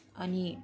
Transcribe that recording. अनि